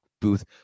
booth